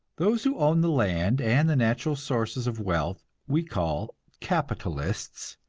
those who own the land and the natural sources of wealth we call capitalists,